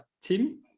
Tim